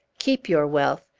keep your wealth.